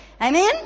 Amen